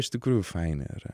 iš tikrųjų faini yra